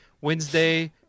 Wednesday